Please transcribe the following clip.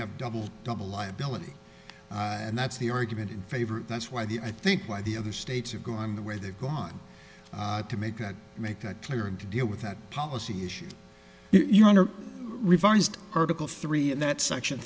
have double double liability and that's the argument in favor of that's why the i think why the other states have gone the way they've gone to make that make that clear and to deal with that policy issue your honor revised article three and that section